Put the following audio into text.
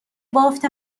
بافت